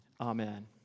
Amen